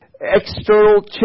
external